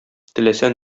теләсә